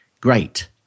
Great